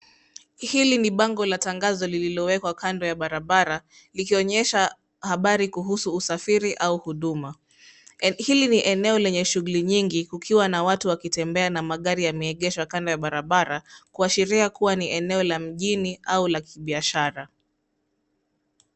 Hili ni bango la tangazo lililowekwa kando ya barabara likionyesha habari kuhusu usafiri au huduma. Hili ni eneo lenye shuguli nyingi kukiwa na watu wakitembea na magari yameegeshwa kando ya barabara kuashiria kuwa ni eneo la mjini au la kibiashara.